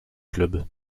club